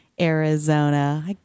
Arizona